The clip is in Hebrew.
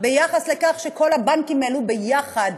ביחס לכך שכל הבנקים העלו ביחד